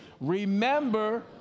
Remember